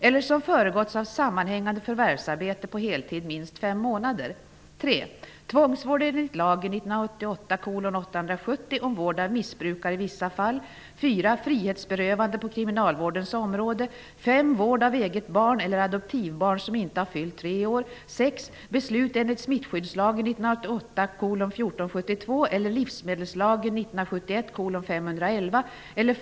Eftersom regeringen säger sig värna om småföretagen så borde man väl i rimlighetens namn ha löst småföretagares rätt att få en ersättning vid arbetslöshet. Inte ens det har man klarat av. Min besvikelse över allt detta är stor, Börje Hörnlund. Enligt min uppfattning bör en allmän och obligatorisk arbetslöshetsförsäkring skapas. Skälen är flera.